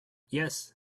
yes